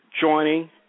joining